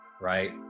right